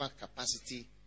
capacity